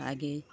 ಹಾಗೆ